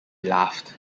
laughed